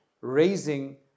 raising